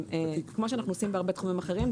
כמו שאנחנו עושים בהרבה תחומים אחרים,